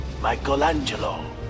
Michelangelo